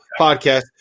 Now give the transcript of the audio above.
podcast